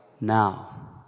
now